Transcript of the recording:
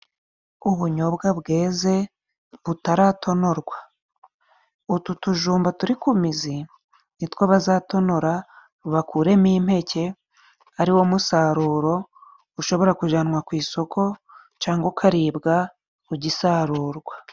Ubunyobwa bweze butaratonorwa, utu tujumba turi ku mizi ni two bazatonora bakuremo impeke ari wo musaruro ushobora kujyanwa ku isoko cyangwa ukaribwa ugisarurwa